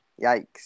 Yikes